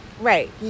right